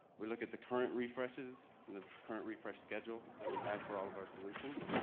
we look at the current refreshes and the current refresh schedule that we have for all of our solutions,